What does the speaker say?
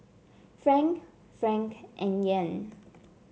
franc franc and Yen